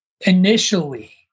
initially